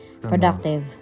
productive